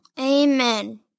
Amen